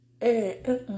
Hey